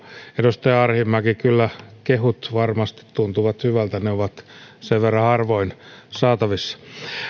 edustaja arhinmäki kyllä kehut varmasti tuntuvat hyvältä ne ovat sen verran harvoin saatavissa